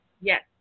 Yes